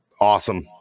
awesome